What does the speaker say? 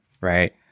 right